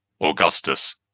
Augustus